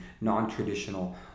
non-traditional